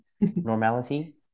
normality